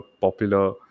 popular